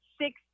six